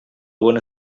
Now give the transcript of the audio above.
bona